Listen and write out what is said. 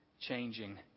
changing